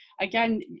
again